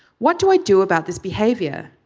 what do i do about this behavior.